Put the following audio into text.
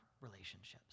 relationships